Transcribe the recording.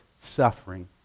suffering